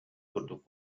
курдук